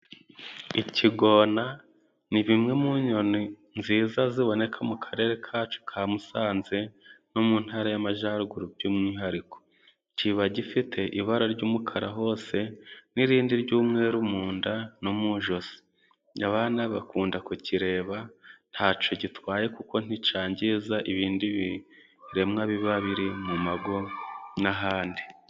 Ikigona ni bimwe mu nyoni nziza ziboneka mu karere kacu ka Musanze, no mu ntara y'Amajyaruguru by'umwihariko. Kiba gifite ibara ry'umukara hose, n'irindi ry'umweru mu nda, no mu ijosi. Abana bakunda kukireba, ntacyo gitwaye kuko nticyangiza ibindi biremwa biba biri mu mago n'ahandi.